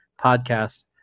podcast